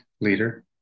leader